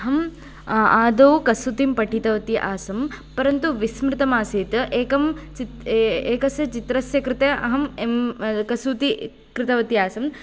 अहं आदौ कसूतिं पठितवी आसं परन्तु विस्मृतमासीत् एकं एकस्य चित्रस्य कृते अहं एम् कसूति कृतवती आसम्